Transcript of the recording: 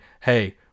hey